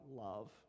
love